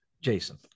Jason